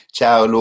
Ciao